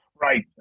Right